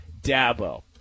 Dabo